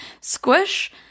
Squish